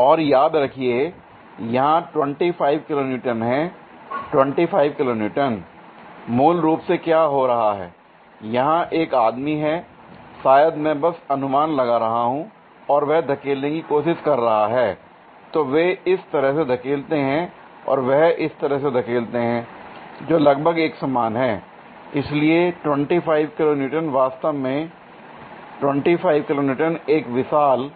और याद रखिए यहां 25 किलोन्यूटन है 25 किलो न्यूटन l मूल रूप से क्या हो रहा है यहां एक आदमी है शायद मैं बस अनुमान लगा रहा हूं और वह धकेलने की कोशिश कर रहा है l तो वे इस तरह से धकेलते हैं और वह इस तरह से धकेलते हैं जो लगभग एक समान हैं l इसलिए 25 किलो न्यूटन वास्तव में 25 किलो न्यूटन एक विशाल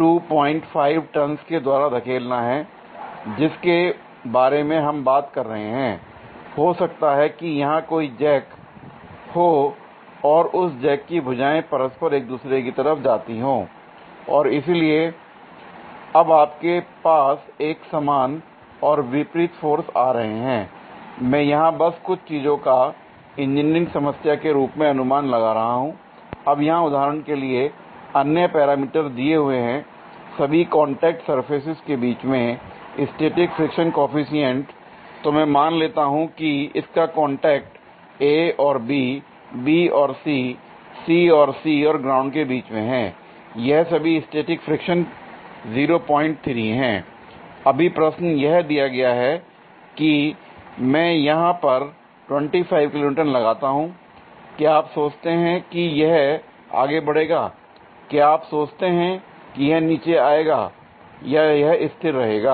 2 5 टनस के द्वारा धकेलना है जिसके बारे में हम बात कर रहे हैं l हो सकता है कि यहां कोई जैक हो और उस जैक की भुजाएं परस्पर एक दूसरे की तरफ जाती हो l और इसलिए अब आपके पास एक समान और विपरीत फोर्स आ रहे हैं l मैं यहां बस कुछ चीजों का इंजीनियरिंग समस्या के रूप में अनुमान लगा रहा हूं l अब यहां उदाहरण के लिए अन्य पैरामीटर दिए हुए हैं सभी कांटेक्ट सरफेसेस के बीच में स्टैटिक फ्रिक्शन कॉएफिशिएंट तो मैं मान लेता हूं कि इसका कांटेक्ट A और B B और C और C और ग्राउंड के बीच में हैं l यह सभी स्टैटिक फ्रिक्शन 03 है l अभी प्रश्न यह दिया गया है कि मैं यहां पर 25 किलो न्यूटन लगाता हूं l क्या आप सोचते हैं कि यह आगे बढ़ेगा क्या आप सोचते हैं कि यह नीचे जाएगा या यह स्थिर रहेगा